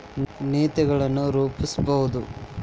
ನೇತಿಗಳನ್ ರೂಪಸ್ಬಹುದು